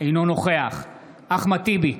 אינו נוכח אחמד טיבי,